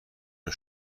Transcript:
این